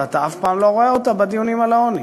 ואתה אף פעם לא רואה אותה בדיונים על העוני.